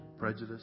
prejudice